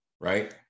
right